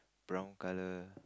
brown colour